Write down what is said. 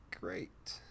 great